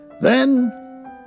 Then